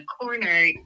corner